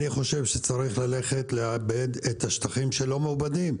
אני חושב שצריך ללכת לאבד את השטחים שלא מעובדים,